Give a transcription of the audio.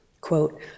Quote